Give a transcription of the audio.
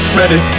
ready